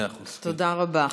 תודה רבה.